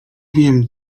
wiem